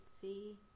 see